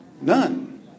none